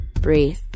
breathe